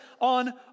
on